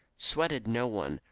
sweated no one,